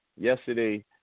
yesterday